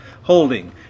Holding